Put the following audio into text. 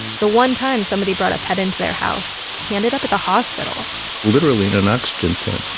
the one time somebody brought a pet into their house, he ended up at the hospital literally in an oxygen tent,